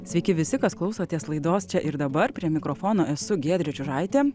sveiki visi kas klausotės laidos čia ir dabar prie mikrofono esu giedrė čiužaitė